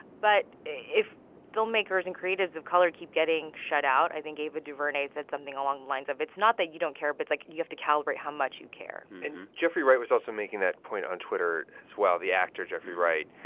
but if filmmakers and creatives of color keep getting shut out i think ava duvernay said something along the lines of, it's not that you don't care. but it's like, you have to calibrate how much you care and jeffrey wright was also making that point on twitter, as well the actor jeffrey wright.